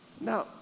now